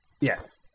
Yes